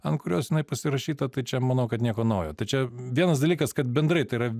ant kurios jinai pasirašyta tai čia manau kad nieko naujo tai čia vienas dalykas kad bendrai tai yra